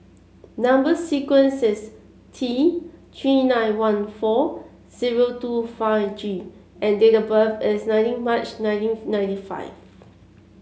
number sequence is T Three nine one four zero two five G and date of birth is nineteen March nineteen ninety five